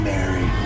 Mary